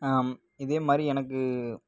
இதே மாதிரி எனக்கு